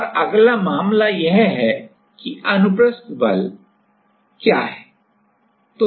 और अगला मामला यह है कि अनुप्रस्थ बल transverse force क्या है